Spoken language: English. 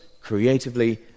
creatively